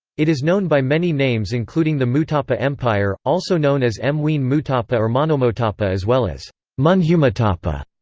it is known by many names including the mutapa empire, also known as mwene mutapa or monomotapa as well as munhumutapa,